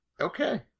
Okay